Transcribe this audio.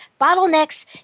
bottlenecks